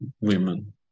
women